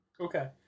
Okay